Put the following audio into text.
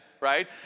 right